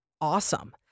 awesome